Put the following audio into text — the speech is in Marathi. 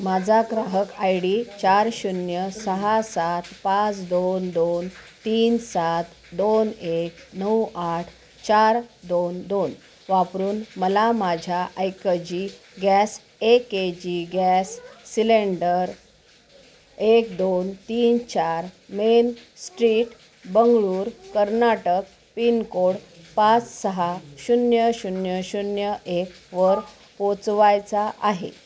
माझा ग्राहक आय डी चार शून्य सहा सात पाच दोन दोन तीन सात दोन एक नऊ आठ चार दोन दोन वापरून मला माझ्या ऐकजी gas A K G gas cylinder एक दोन तीन चार main street Bengaluru Karnataka pin code पाच सहा शून्य शून्य शून्य एकवर पोचवायचा आहे